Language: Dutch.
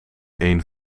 één